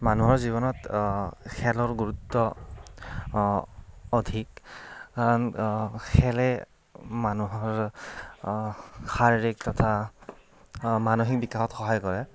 মানুহৰ জীৱনত খেলৰ গুৰুত্ব অধিক খেলে মানুহৰ শাৰীৰিক তথা মানসিক বিকাশত সহায় কৰে